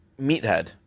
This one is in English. Meathead